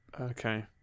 Okay